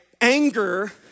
anger